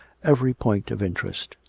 every point of interest.